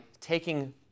taking